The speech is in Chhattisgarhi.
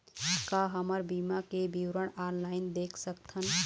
का हमर बीमा के विवरण ऑनलाइन देख सकथन?